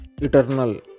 eternal